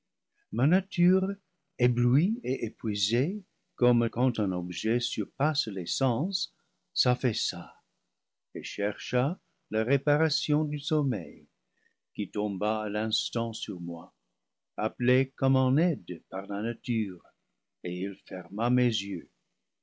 ma nature éblouie et épuisée comme quand un objet surpasse les sens s'affaissa et chercha la réparation du som meil qui tomba à l'instant sur moi appelé comme en aide par la nature et il ferma mes yeux